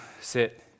sit